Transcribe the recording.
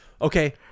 Okay